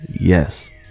Yes